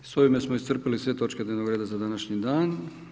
S ovime smo iscrpili sve točke dnevnog reda za današnji dan.